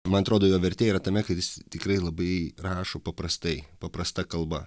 man atrodo jo vertė yra tame kad jis tikrai labai rašo paprastai paprasta kalba